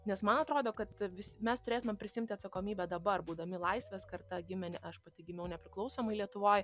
nes man atrodo kad vis mes turėtumėm prisiimti atsakomybę dabar būdami laisvės karta gimę aš pati gimiau nepriklausomoj lietuvoj